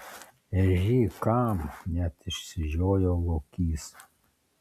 ežy kam net išsižiojo lokys